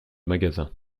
magasin